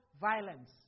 violence